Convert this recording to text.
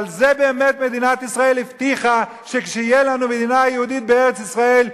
על זה באמת מדינת ישראל הבטיחה שכשתהיה לנו מדינה יהודית בארץ-ישראל,